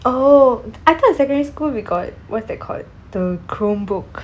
oh I thought in secondary school we got what's that called the chrome book